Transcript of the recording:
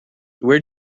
where